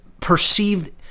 perceived